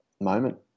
moment